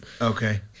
Okay